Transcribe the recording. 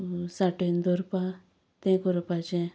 सांठोवन दवरपा तें करपाचें